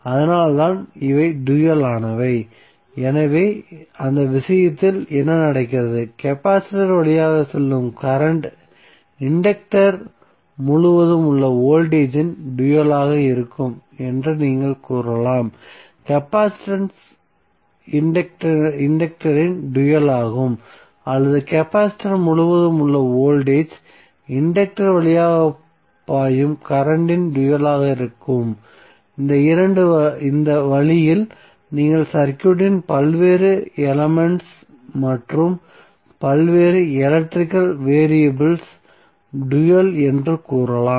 அதனால்தான் இவை டூயல் ஆனவை எனவே அந்த விஷயத்தில் என்ன நடக்கிறது கெபாசிட்டர் வழியாக செல்லும் கரண்ட் இன்டக்டர் முழுவதும் உள்ள வோல்டேஜ் இன் டூயலாக இருக்கும் என்று நீங்கள் கூறலாம் கெப்பாசிட்டன்ஸ் இன்டக்டரின் டூயல் ஆகும் மற்றும் கெபாசிட்டர் முழுவதும் உள்ள வோல்டேஜ் இன்டக்டர் வழியாக பாயும் கரண்ட்டின் டூயலாக இருக்கும் இந்த வழியில் நீங்கள் சர்க்யூட்டின் பல்வேறு எலிமெண்ட்ஸ் மற்றும் பல்வேறு எலக்ட்ரிகல் வேரியபிள்ஸ் டூயல் என்று கூறலாம்